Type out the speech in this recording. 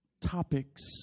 topics